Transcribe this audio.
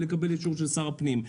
לקבל אישור של שר הפנים.